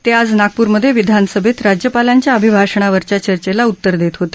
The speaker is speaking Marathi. ते आज नागपूरमध्ये विधानसभेत राज्यपालांच्या अभिभाषणावरच्या चर्चेला उत्तर देत होते